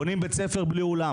בונים בית ספר בלי אולם.